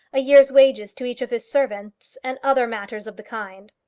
a year's wages to each of his servants and other matters of the kind.